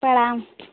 प्रणाम